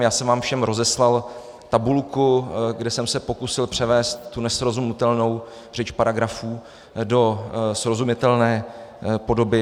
Všem jsem vám rozeslal tabulku, kde jsem se pokusil převést tu nesrozumitelnou řeč paragrafů do srozumitelné podoby.